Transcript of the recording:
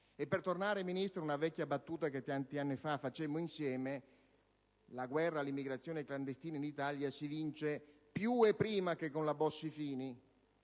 E per tornare, signor Ministro, a una vecchia battuta che tanti anni fa facemmo insieme, la guerra all'immigrazione clandestina in Italia si vince, più e prima che con la Bossi-Fini,